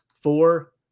four